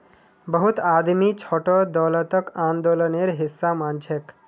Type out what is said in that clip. बहुत आदमी छोटो दौलतक आंदोलनेर हिसा मानछेक